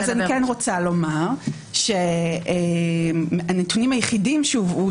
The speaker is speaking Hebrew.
רוצה לומר שהנתונים היחידים שהובאו,